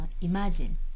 imagine